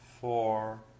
four